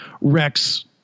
Rex